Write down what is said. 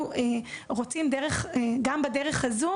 אנחנו רוצים גם בדרך הזאת